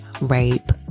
rape